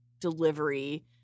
delivery